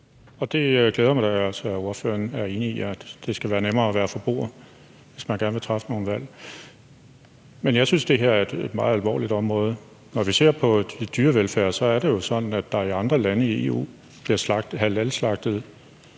Det glæder mig da, at ordføreren er enig i, at det skal være nemmere at være forbruger, hvis man gerne vil træffe nogle valg. Men jeg synes, det her er et meget alvorligt område. Når vi ser på dyrevelfærd, er det jo sådan, at der i andre lande i EU bliver halalslagtet